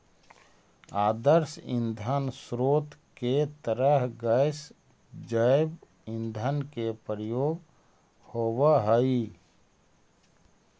आदर्श ईंधन स्रोत के तरह गैस जैव ईंधन के प्रयोग होवऽ हई